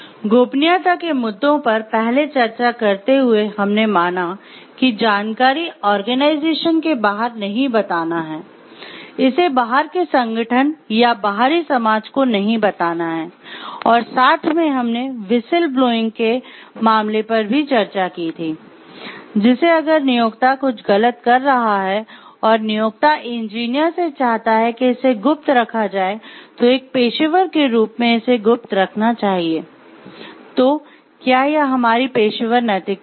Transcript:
गोपनीयता के मुद्दों पर पहले चर्चा करते हुए हमने माना कि जानकारी आर्गेनाइजेशन के बाहर नहीं बताना है इसे बाहर के संगठन या बाहरी समाज को नहीं बताना है और साथ में हमने व्हिसिल ब्लोइंग के मामले पर भी चर्चा की थी जैसे अगर नियोक्ता कुछ गलत कर रहा है और नियोक्ता इंजीनियर से चाहता है कि इसे गुप्त रखा जाए तो एक पेशेवर के रूप में इसे गुप्त रखना चाहिए तो क्या यह हमारी पेशेवर नैतिकता है